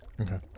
Okay